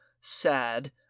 sad